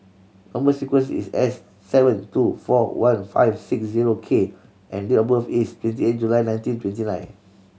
number sequence is S seven two four one five six zero K and date of birth is twenty eight July nineteen twenty nine